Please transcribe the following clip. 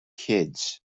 kids